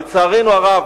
לצערנו הרב,